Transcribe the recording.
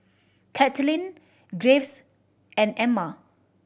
Katlin Graves and Emma